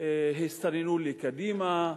הסתננו לקדימה,